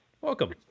Welcome